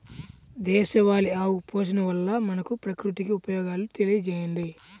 దేశవాళీ ఆవు పోషణ వల్ల మనకు, ప్రకృతికి ఉపయోగాలు తెలియచేయండి?